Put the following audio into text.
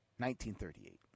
1938